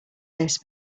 this